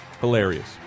hilarious